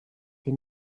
ihn